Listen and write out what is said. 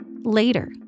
Later